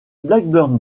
blackburn